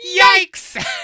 Yikes